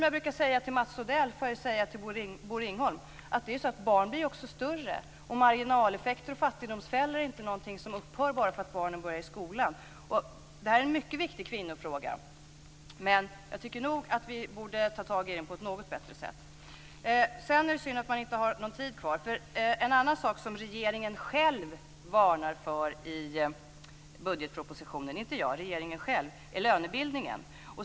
Jag kan säga till Bosse Ringholm som jag brukar säga till Mats Odell: Barn blir också större, och marginaleffekter och fattigdomsfällor är inte någonting som upphör bara för att barnen börjar i skolan. Det här är en mycket viktig kvinnofråga, men jag tycker nog att vi borde ta tag i den på ett något bättre sätt. Sedan är det synd att finansministern inte har någon talartid kvar, för en annan sak som regeringen själv varnar för i budgetpropositionen - inte jag utan regeringen själv - är lönebildningen.